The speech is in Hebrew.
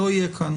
לא יהיה כאן.